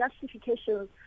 justifications